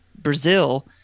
brazil